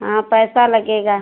हाँ पैसा लगेगा